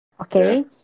Okay